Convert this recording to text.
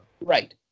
Right